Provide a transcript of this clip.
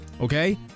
okay